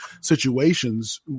situations